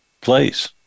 place